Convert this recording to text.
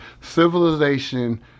civilization